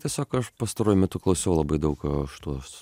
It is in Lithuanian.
tiesiog aš pastaruoju metu klausau labai daug šitos